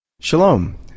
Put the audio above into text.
Shalom